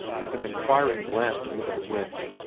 with an inquiring glance at mr. winch,